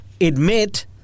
admit